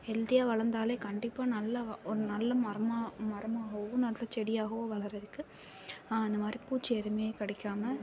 ஹெல்தியாக வளர்ந்தாலே கண்டிப்பாக நல்லா வா ஒரு நல்ல மரம்மா மரமாகவோ நல்ல செடியாகவோ வளரதுக்கு அந்த மாதிரி பூச்சி எதுவுமே கடிக்காமல்